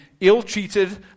ill-treated